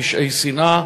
פשעי שנאה,